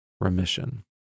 remission